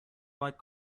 like